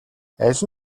аль